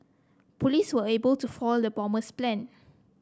police were able to foil the bomber's plan